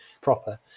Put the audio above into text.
proper